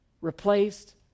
replaced